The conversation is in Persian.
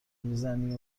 میزنی